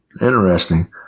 Interesting